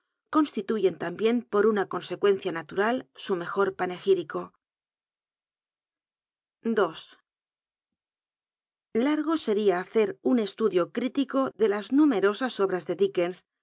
constituyen t ambien por una consecuencia natural su mejo panegírico ji largo seria hacer un estudio critico de las numerosas obras de dickens